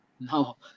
no